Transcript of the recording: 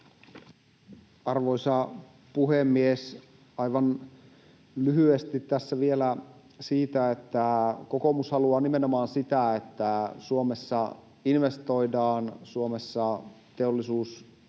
Arvoisa puhemies! Aivan lyhyesti tässä vielä siitä, että kokoomus haluaa nimenomaan, että Suomessa investoidaan ja Suomessa teollisuus